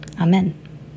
Amen